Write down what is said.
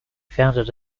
founded